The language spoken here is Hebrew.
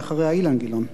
ואחריה, אילן גילאון,